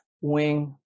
wing